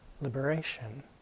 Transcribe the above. liberation